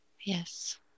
yes